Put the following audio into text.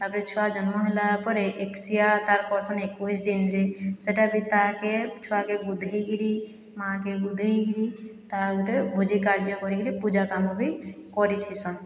ତାପରେ ଛୁଆ ଜନ୍ମ ହେଲା ପରେ ଏକ୍ଶିଆ ତାର୍ କରସନ୍ ଏକୋଇଶି ଦିନରେ ସେଟା ବି ତାହାକେ ଛୁଆକେ ବୁଧାଇକରି ମାକେ ବୁଧାଇକରି ତାର୍ ଗୋଟିଏ ଭୋଜି କାର୍ଯ୍ୟ କରିକିରି ପୂଜା କାମ ବି କରିଥିସନ୍